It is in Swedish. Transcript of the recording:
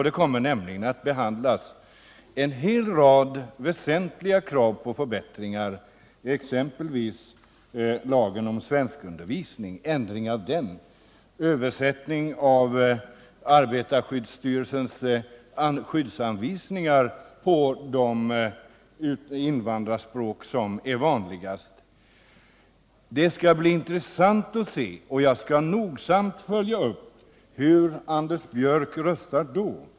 Det kommer nämligen att behandlas en hel rad väsentliga krav på förbättringar, exempelvis ändring av lagen om svenskundervisning och översättning av arbetarskyddsstyrelsens skyddsanvisningar till de vanligare invandrarspråken. De skall bli intressant att se — och jag skall nogsamt följa — hur Anders Björck röstar då.